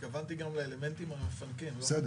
התכוונתי גם לאלמנטים מפנקים לא רק